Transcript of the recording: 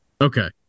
Okay